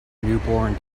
newborn